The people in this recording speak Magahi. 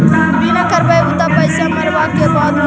बिमा करैबैय त पैसा मरला के बाद मिलता?